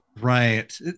Right